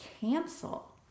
cancel